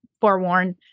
forewarned